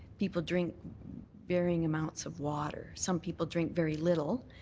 people drink varying amounts of water. some people drink very little.